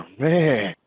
man